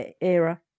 era